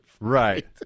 Right